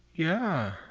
yeah.